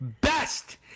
best